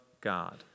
God